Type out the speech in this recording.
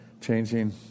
Changing